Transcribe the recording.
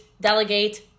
delegate